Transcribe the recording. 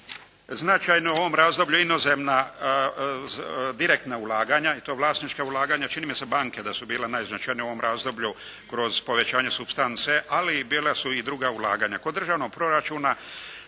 značajno u ovom razdoblju inozemna direktna ulaganja i to vlasnička ulaganja, čini mi se banke da su bile najznačajnije u ovom razdoblju kroz povećanje supstance, ali bila su i druga ulaganja.